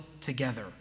together